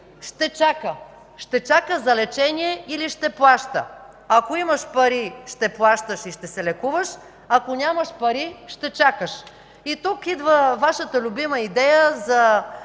ще чака – ще чака за лечение или ще плаща. Ако имаш пари, ще плащаш и ще се лекуваш; ако нямаш пари – ще чакаш. Тук идва Вашата любима идея за